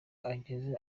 ageze